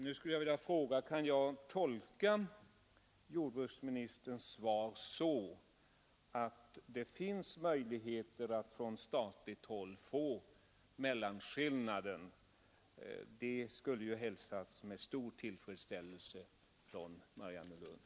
Nu skulle jag vilja fråga: Kan jag tolka jordbruksministerns svar så, att det finns möjligheter att från statligt håll få bidrag till mellanskillnaden? Det skulle hälsas med stor tillfredsställelse från Mariannelund.